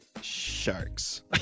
Sharks